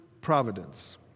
providence